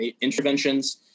interventions